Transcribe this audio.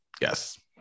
Yes